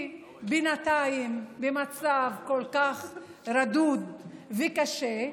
ובינתיים הוא במצב כל כך רדוד וקשה.